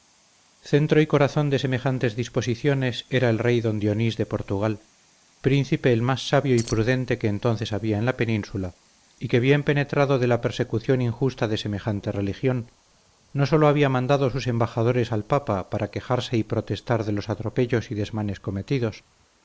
centro y corazón de semejantes disposiciones era el rey don dionís de portugal príncipe el más sabio y prudente que entonces había en la península y que bien penetrado de la persecución injusta de semejante religión no sólo había mandado sus embajadores al papa para quejarse y protestar de los atropellos y desmanes cometidos